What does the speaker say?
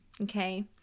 Okay